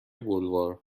بلوار